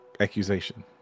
accusation